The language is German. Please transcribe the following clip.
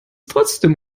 trotzdem